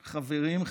חברים,